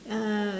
uh